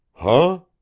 huh?